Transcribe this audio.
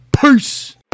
Peace